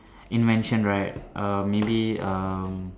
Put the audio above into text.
invention right err maybe um